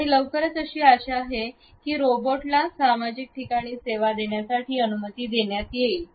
आणि लवकरच अशी आशा आहे की रोबोटला सामाजिक ठिकाणी सेवा देण्यासाठी अनुमती देण्यात येईल